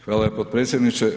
Hvala potpredsjedniče.